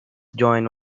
join